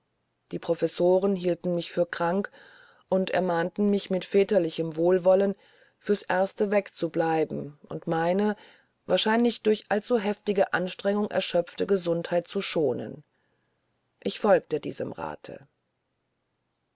die professoren hielten mich für krank und ermahnten mich mit väterlichem wohlwollen für's erste weg zu bleiben und meine wahrscheinlich durch allzuheftige anstrengung erschöpfte gesundheit zu schonen ich folgte diesem rathe